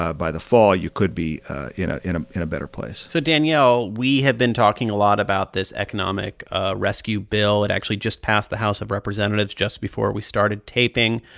ah by the fall, you could be you know in in a better place so, danielle, we have been talking a lot about this economic ah rescue bill. it actually just passed the of representatives just before we started taping.